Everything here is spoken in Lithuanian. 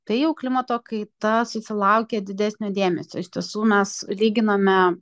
tai jau klimato kaita susilaukė didesnio dėmesio iš tiesų mes lyginome